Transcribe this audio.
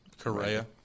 Correa